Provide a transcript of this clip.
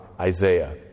Isaiah